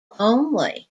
only